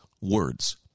words